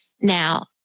Now